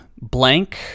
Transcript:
blank